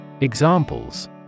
Examples